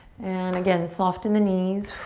and again, soft in the knees.